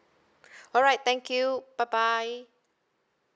alright thank you bye bye